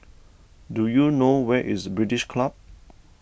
do you know where is British Club